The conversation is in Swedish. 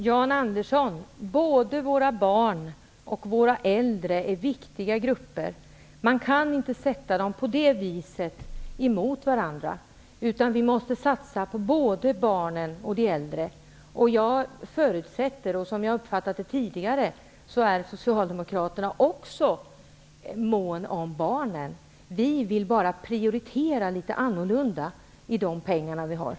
Herr talman! Både våra barn och våra äldre är viktiga grupper, Jan Andersson. Man kan inte sätta dessa grupper mot varandra. Vi måste satsa både på barnen och på de äldre. Som jag har uppfattat det tidigare är socialdemokraterna också måna om barnen. Vi vill bara prioritera de pengar vi har på ett litet annorlunda sätt.